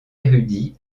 érudit